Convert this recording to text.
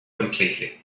completely